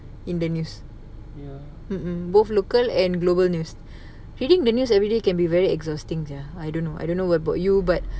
in the news both mm mm local and global news hearing the news everyday can be very exhausting sia I don't know I don't know about you but